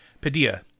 Padilla